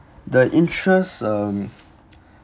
the interest um